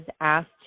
asked